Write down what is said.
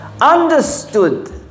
understood